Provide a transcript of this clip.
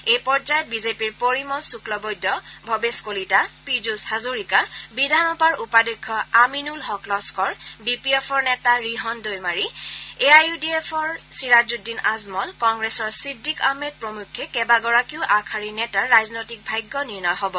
এই পৰ্যায়ত বিজেপিৰ পৰিমল শুক্লবৈদ্য ভবেশ কলিতা পিয়ুষ হাজৰিকা বিধানসভাৰ উপাধ্যক্ষ আমিনুল হক লস্কৰ বিপিএফৰ নেতা ৰিহন দৈমাৰী এআইইউডিএফৰ চিৰাজউদ্দিন আজমল কংগ্ৰেছৰ চিদিক আহমেদ প্ৰমুখ্যে কেইবাগৰাকীও আগশাৰী নেতাৰ ৰাজনৈতিক ভাগ্য নিৰ্ণয় হ'ব